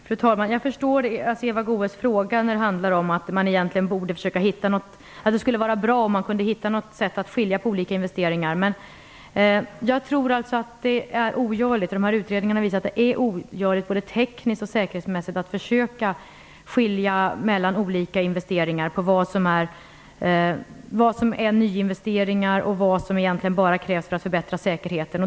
Fru talman! Jag förstår Eva Goës fråga. Den handlar om att det skulle vara bra om man kunde hitta något sätt att skilja mellan olika investeringar. Men jag tror att det är ogörligt. Utredningarna har visat att det både tekniskt och säkerhetsmässigt är ogörligt att försöka skilja mellan vad som är nyinvesteringar och vad som egentligen bara krävs för att förbättra säkerheten.